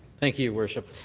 thank you, your worship.